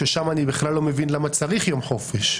שם אני בכלל לא מבין למה צריך יום חופש.